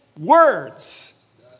words